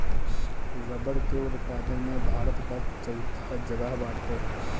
रबड़ के उत्पादन में भारत कअ चउथा जगह बाटे